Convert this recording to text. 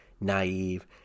naive